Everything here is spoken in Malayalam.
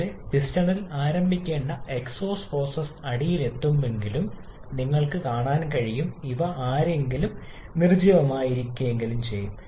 പോലെ പിസ്റ്റണിൽ ആരംഭിക്കേണ്ട എക്സ്ഹോസ്റ്റ് പ്രോസസ്സ് അടിയിൽ എത്തുമെങ്കിലും നിങ്ങൾക്ക് കാണാൻ കഴിയും ഇവിടെ ആരെയെങ്കിലും നിർജ്ജീവമാക്കുക എക്സ്ഹോസ്റ്റ് വാൽവ് ഈ പ്രത്യേക ഘട്ടത്തിൽ മാത്രം തുറന്നു